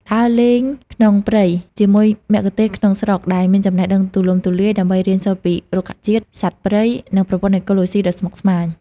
ដើរលេងក្នុងព្រៃជាមួយមគ្គុទ្ទេសក៍ក្នុងស្រុកដែលមានចំណេះដឹងទូលំទូលាយ ដើម្បីរៀនសូត្រពីរុក្ខជាតិ សត្វព្រៃ និងប្រព័ន្ធអេកូឡូស៊ីដ៏ស្មុគស្មាញ។